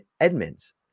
Edmonds